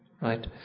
right